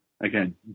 again